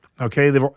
Okay